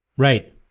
Right